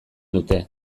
dute